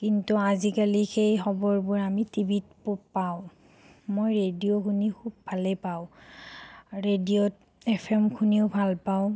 কিন্তু আজিকালি সেই খবৰবোৰ আমি টিভিত প পাওঁ মই ৰেডিঅ' শুনি খুব ভালেই পাওঁ ৰেডিঅ'ত এফএম শুনিও ভাল পাওঁ